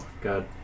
God